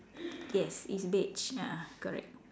yes it's beige a'ah correct